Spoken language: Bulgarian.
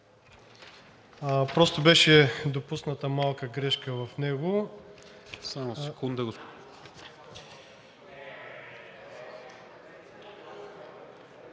просто беше допусната малка грешка в него…